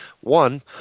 one